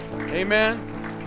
Amen